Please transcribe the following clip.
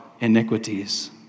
iniquities